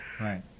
Right